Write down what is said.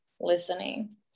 listening